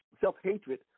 self-hatred